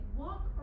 walk